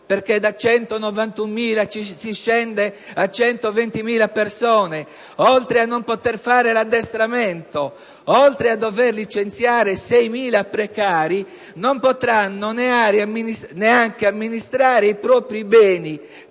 che da 191.000 unità si scende a 120.000), oltre a non poter seguire corsi di addestramento, oltre a dover licenziare 6.000 precari, non potranno neanche amministrare i propri beni